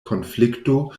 konflikto